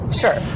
Sure